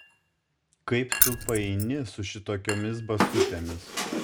kaip tu paeini su šitokiomis basutėmis